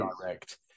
direct